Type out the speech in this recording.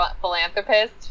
philanthropist